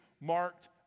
marked